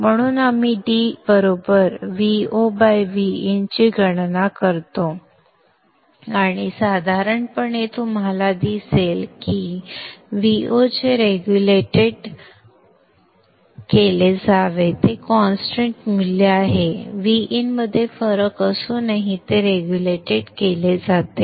म्हणून आम्ही d VoVin ची गणना करतो आणि साधारणपणे तुम्हाला दिसेल की Vo चे रेगुलेटेड केले जावे ते कॉन्स्टंट मूल्य असावे Vin मध्ये फरक असूनही ते रेगुलेटेड केले जावे